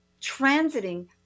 transiting